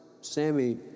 Sammy